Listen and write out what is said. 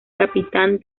capitán